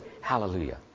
hallelujah